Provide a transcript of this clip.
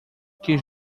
que